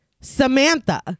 Samantha